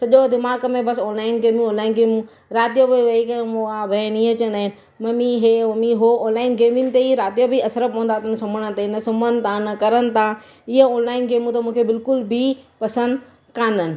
सॼो दिमाग़ु में बस ऑनलाइन गेमूं ऑनलाइन गेमूं राति जो बि वही रहिबो आहे ममी हे ममी हो ऑनलाइन गेमूं ते ई राति जो बि असरु पवंदा अथनि न सुम्हनि नथा करनि था इहे ऑनलाइन गेमूं त बिल्कुलु बि पसंदि कान आहिनि